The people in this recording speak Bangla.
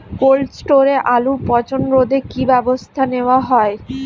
কোল্ড স্টোরে আলুর পচন রোধে কি ব্যবস্থা নেওয়া হয়?